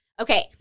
Okay